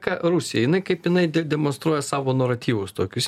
ką rusija jinai kaip jinai de demonstruoja savo naratyvus tokius